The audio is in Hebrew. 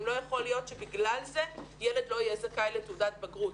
לא יכול להיות שבגלל זה ילד לא יהיה זכאי לתעודת בגרות,